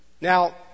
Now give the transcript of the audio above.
Now